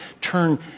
Turn